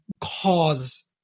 cause